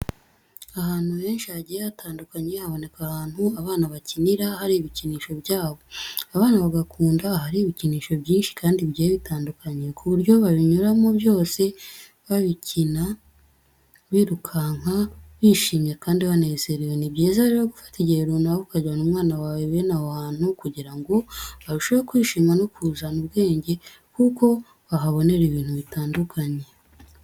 Ahantu henshi hagiye hatandukanye haboneka ahantu abana bakinira hari ibikinisho byabo, abana bagakunda ahari ibikinisho byinshi kandi bigiye bitandukanye ku buryo babinyuramo byose babikina birukanka bishimye kandi banezerewe. Ni byiza rero gufata igihe runaka ukajyana umwana wawe bene aho hantu kugira ngo barusheho kwishima no kuzana ubwenge kuko bahabonera ibintu bitandukanye.